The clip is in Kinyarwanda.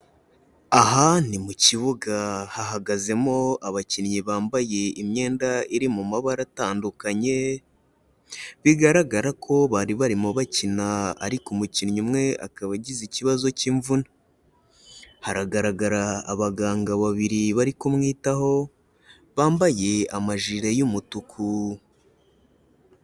Aha ni mu kibuga hahagazemo abakinnyi bambaye imyenda iri mu mabara atandukanye, bigaragara ko bari barimo bakina ariko umukinnyi umwe akaba agize ikibazo cy'imvune, haragaragara abaganga babiri bari kumwitaho bambaye amajire y'umutuku.